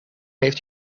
heeft